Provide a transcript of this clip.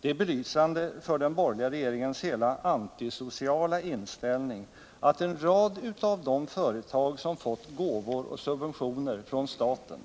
Det är belysande för den borgerliga regeringens hela antisociala inställning att en rad av de företag som fått gåvor och subventioner från staten